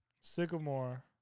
Sycamore